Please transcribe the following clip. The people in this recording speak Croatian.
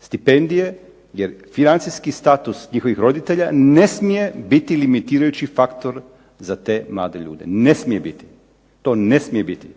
stipendije jer financijski status njihovih roditelja ne smije biti limitirajući faktor za te mlade ljude, ne smije biti. To ne smije biti.